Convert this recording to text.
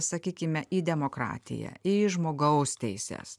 sakykime į demokratiją į žmogaus teises